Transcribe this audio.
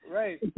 right